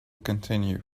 continue